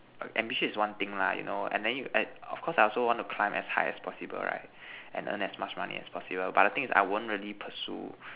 a ambitious is one thing lah you know and then you of course I want to climb as high as possible right and earn as much money as possible but the thing is I won't really pursue